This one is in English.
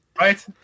right